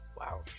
Wow